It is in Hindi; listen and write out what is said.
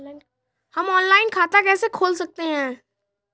हम ऑनलाइन खाता कैसे खोल सकते हैं?